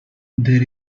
there